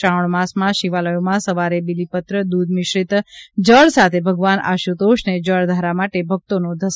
શ્રાવણ માસમાં શિવાલયોમાં સવારે બિલીપત્ર દૂધ મિશ્રિત જળ સાથે ભગવાન આશુતોષને જળધારા માટે ભકતોનો ઘસારો જોવા મળશે